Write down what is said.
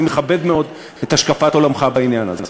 ואני מכבד מאוד את השקפת עולמך בעניין הזה.